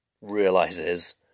realizes